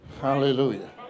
Hallelujah